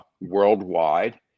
worldwide